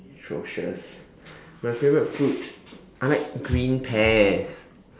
atrocious my favourite fruit I like green pears